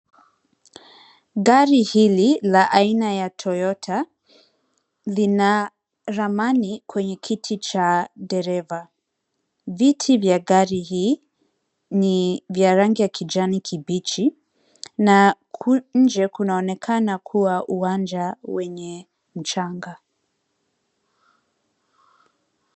Gari hili la aina ya Toyota lina ramani kwenye kiti cha dereva. Viti vya gari hii ni vya rangi ya kijani kibichi na nje kunaonekana kuwa uwanja wenye mchanga.